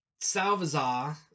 Salvazar